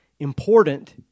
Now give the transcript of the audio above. Important